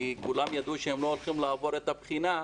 כי כולם ידעו שהם לא הולכים לעבור את הבחינה,